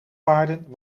paarden